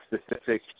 specific